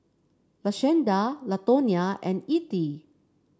Lashanda Latonya and Ethie